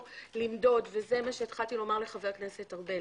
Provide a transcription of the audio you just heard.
למדוד וזה מה שהתחלתי לומר לחבר הכנסת ארבל